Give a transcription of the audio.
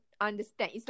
understand